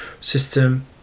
system